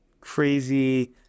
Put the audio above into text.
crazy